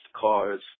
cars